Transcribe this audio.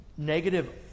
Negative